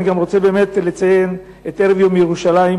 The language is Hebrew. אני גם רוצה לציין את ערב יום ירושלים.